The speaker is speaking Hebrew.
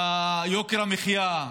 השבועות אי-אפשר לספר בדיחות במליאה.